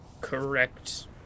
correct